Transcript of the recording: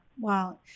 Wow